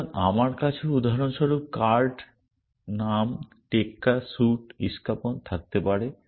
সুতরাং আমার কাছে উদাহরণস্বরূপ কার্ড নাম টেক্কা স্যুট ইশ্কাপন্ থাকতে পারে